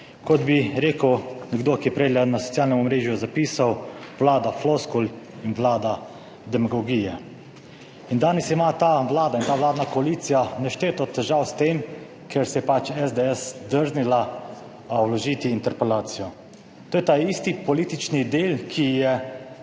Kot bi rekel nekdo, ki je prejle na socialnem omrežju zapisal – vlada floskul in vlada demagogije. In danes ima ta vlada in ta vladna koalicija nešteto težav s tem, ker se je pač SDS drznila vložiti interpelacijo. To je ta isti politični del, ki je